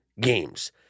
games